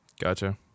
gotcha